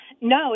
No